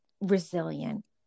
resilient